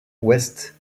ouest